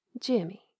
jimmy